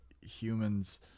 humans